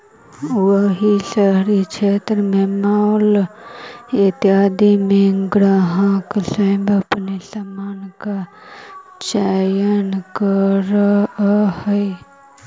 वहीं शहरी क्षेत्रों में मॉल इत्यादि में ग्राहक स्वयं अपने सामान का चयन करअ हई